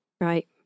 right